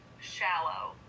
shallow